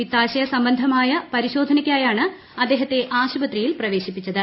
പിത്താശയ സംബന്ധമായ പരിശോധനയ്ക്കായാണ് അദ്ദേഹത്തെ ആശുപത്രിയിൽ പ്രവേശിപ്പിച്ചത്